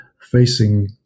facing